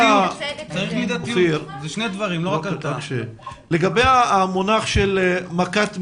לילך, השאלה האחרונה לגבי המונח של מכת מדינה.